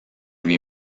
lui